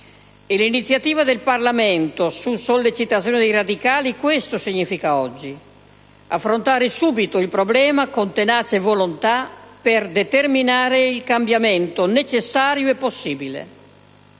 E l'iniziativa del Parlamento su sollecitazione dei Radicali questo significa oggi: affrontare subito il problema con tenace volontà per determinare il cambiamento necessario e possibile.